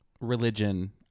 religion